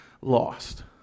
lost